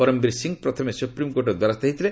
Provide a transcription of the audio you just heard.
ପରମବୀର ସିଂହ ପ୍ରଥମେ ସୁପ୍ରିମକୋର୍ଟର ଦ୍ୱାରସ୍ଥ ହୋଇଥିଲେ